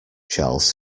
charles